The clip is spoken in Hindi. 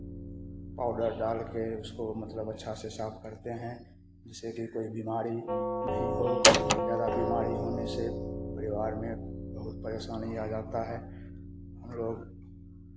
पाउडर डाल के उसको मतलब अच्छा से साफ करते हैं जिससे कि कोई बीमारी नहीं हो ज़्यादा बीमारी होने से परिवार में बहुत परेशानी आ जाता है हम लोग